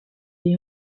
est